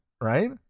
Right